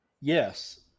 Yes